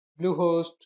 Bluehost